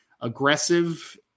aggressive